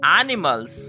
animals